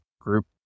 group